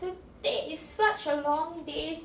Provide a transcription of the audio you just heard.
today is such a long day